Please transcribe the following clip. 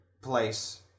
place